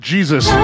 Jesus